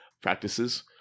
practices